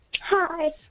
Hi